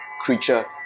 creature